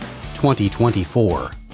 2024